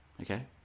Okay